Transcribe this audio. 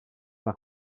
par